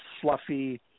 fluffy